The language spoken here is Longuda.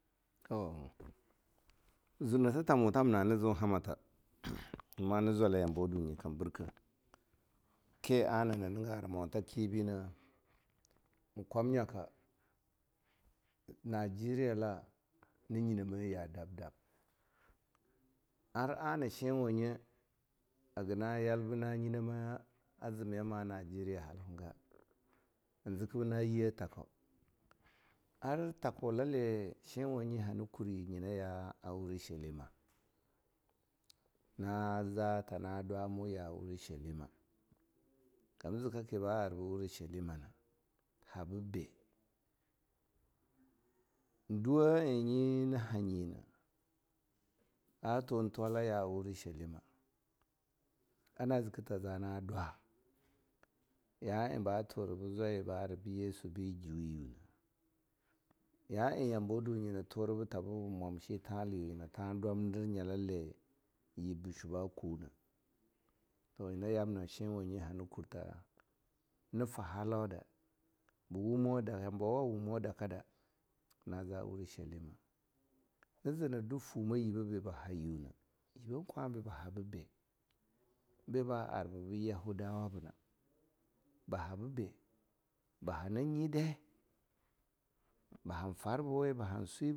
Toh zuna ta tamu yamna hana zu hamata ma na zwala yambo dunyi kam birka, ki ana na niga ara mota kibi na en kwamnyaka Nigeria na nyinamah ya dab-dab ara shinwanye hagana yalbina nyina ma zimi ma Nigeria halau ga, hana ziki bina takoh, ar takoh la li shilima, na za tana dwamu ya uri sha lima. Kam zika ki ba arbu urishalima na habibah? en duwah a nyi na ha nyina, a tuwala ya urishalima. Ana zikita zana dwa, ya eh ba tura tabi zwairi ba ari yesu bi ju yuna, ya eh yambawa dunyi hana tura tya biba mwam shi tanla yi nyina tahn dwamdir nyala yib ba shwu ba kunah. Toh nyina yamna shinwanyi hana kurta na fa halauda na wumoh yambawa wumoh daka da naza urishalima, ni zina dwu fumoh yiba bi ba na yiu na, yiban kwambe ba habibah? bi ba arba bi yahada wabna ba habibah? ba hara nyi de? ba han farbuweh? ba han swi.